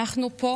אנחנו פה